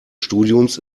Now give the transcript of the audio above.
studiums